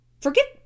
Forget